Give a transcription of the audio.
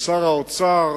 שר האוצר